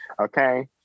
Okay